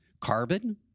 carbon